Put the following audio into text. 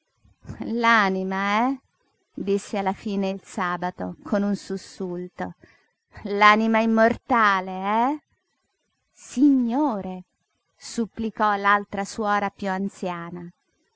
l'anima eh disse alla fine il sabato con un sussulto l'anima immortale eh signore supplicò l'altra suora piú anziana